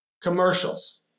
Commercials